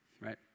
right